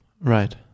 Right